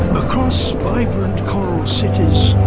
across vibrant coral cities,